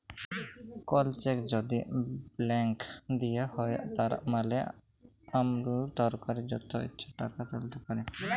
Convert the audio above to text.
call cheque যদি blank দিঁয়া হ্যয় তার মালে আমালতকারি যত ইছা টাকা তুইলতে পারে